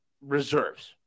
reserves